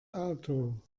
auto